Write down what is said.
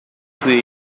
توی